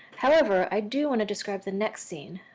however, i do want to describe the next scene.